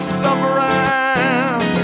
suffering